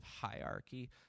hierarchy